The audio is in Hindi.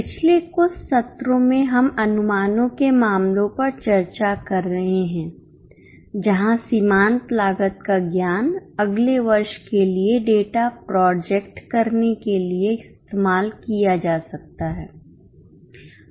पिछले कुछ सत्रों में हम अनुमानों के मामलों पर चर्चा कर रहे हैं जहां सीमांत लागत का ज्ञान अगले वर्ष के लिए डेटा प्रोजेक्ट करने के लिए इस्तेमाल किया जा सकता है